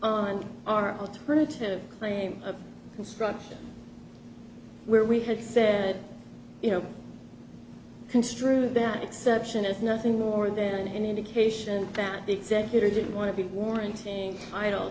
on our alternative claim construction where we had said you know construe that exception is nothing more than an indication that the executor didn't want to be warrant